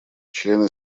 члены